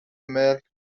ملک